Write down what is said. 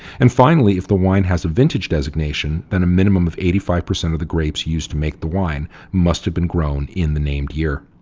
and finally, if the wine has a vintage designation then a minimum of eighty five percent of the grapes used to make the wine must have been grown in the named year.